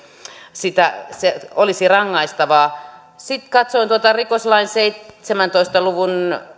olisi rangaistavaa sitten katsoin rikoslain seitsemäntoista lukua